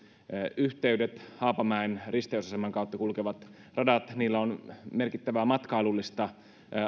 yhteydet haapamäen risteysaseman kautta kulkevat radat niillä on merkittävää matkailullista